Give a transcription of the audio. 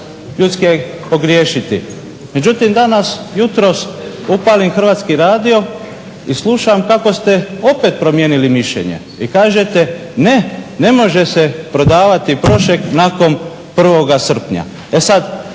Ljudski je pogriješiti. Međutim, danas, jutros upalim Hrvatski radio i slušam kako ste opet promijenili mišljenje i kažete ne, ne može se prodavati Prošek nakon 1.srpnja.